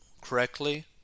correctly